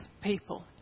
people